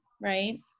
right